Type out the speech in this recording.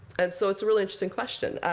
and so it's a really interesting question.